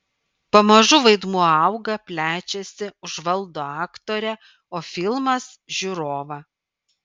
pamažu vaidmuo auga plečiasi užvaldo aktorę o filmas žiūrovą